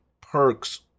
perks